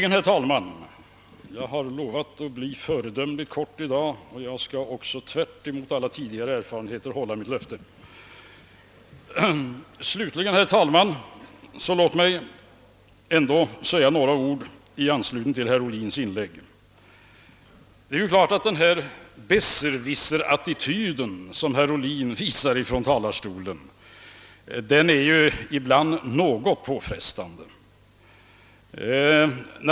Låt mig slutligen — jag har lovat att fatta mig föredömligt kort 1 dag, och jag skall också tvärtemot alla tidigare erfarenheter hålla mitt löfte — säga några ord i anslutning till herr Ohlins inlägg. | Det är klart att den »besserwisser»- attityd som herr Ohlin demonstrerar från talarstolen ibland är litet påfrestande.